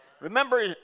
Remember